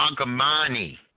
Agamani